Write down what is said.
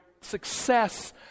success